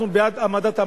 אנחנו בעד עמדות,